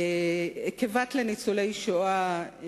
כבת לניצולי השואה,